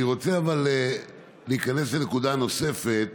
אבל אני רוצה להיכנס לנקודה נוספת: